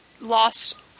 lost